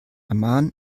amman